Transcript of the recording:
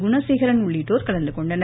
குணசேகரன் உள்ளிட்டோர் கலந்துகொண்டனர்